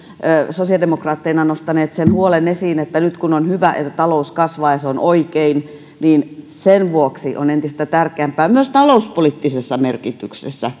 sosiaalidemokraatteina nostaneet sen huolen esiin että nyt kun on hyvä että talous kasvaa ja se on oikein niin sen vuoksi on entistä tärkeämpää myös talouspoliittisessa merkityksessä